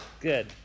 Good